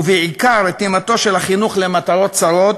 ובעיקר רתימתו של החינוך למטרות צרות,